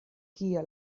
kia